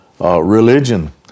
religion